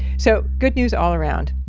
so good news all around.